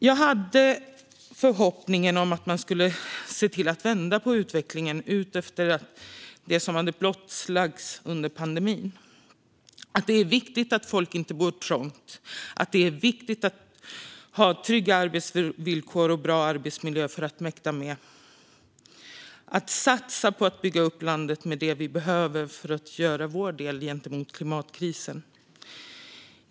Jag hade förhoppningen om att man skulle se till att vända utvecklingen efter det som hade blottlagts under pandemin, alltså att det är viktigt att folk inte bor trångt och att de har trygga arbetsvillkor och en bra arbetsmiljö för att mäkta med. Jag hoppades att man skulle satsa på att bygga upp landet med det vi behöver för att göra vår del när det gäller klimatkrisen.